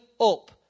up